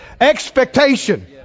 Expectation